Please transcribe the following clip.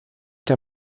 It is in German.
der